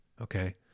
Okay